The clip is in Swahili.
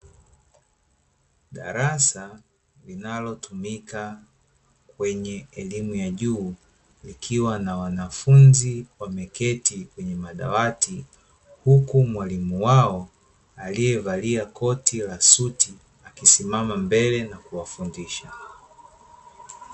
Darasa linalotumika kwenye elimu ya juu, likiwa na wanafunzi wameketi kwenye madawati, huku mwalimu wao aliyevalia koti la suti, akisimama mbele na kuwafundisha.